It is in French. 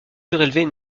surélevée